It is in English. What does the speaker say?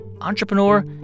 entrepreneur